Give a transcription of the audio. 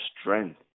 strength